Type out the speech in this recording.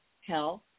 health